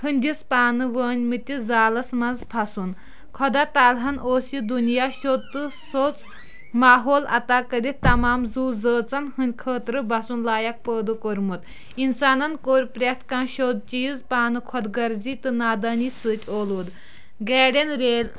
ہٕندِس پانہٕ وٲنۍ مٕتِس زالس منٛز پھسُن خۄدا تعالیٰ ہن اوس یہِ دُنیا شیٚود تہٕ شیٚوژ ماحول عطا کٔرِتھ تَمام زُو زاژن ہٕندۍ خٲطرٕ بَسُن لایق پٲدٕ کوٚرمُت اِنسانن کوٚر پرٛٮ۪تھ کانٛہہ شیٚود چیٖز پانہٕ خۄد گرزی تہٕ نادٲنی سۭتۍ اولوٗدٕ گاڑٮ۪ن ریل